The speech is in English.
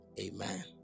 amen